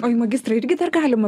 o į magistrą irgi dar galima